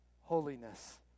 holiness